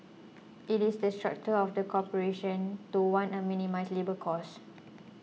it's the structure of the corporation to want to minimise labour costs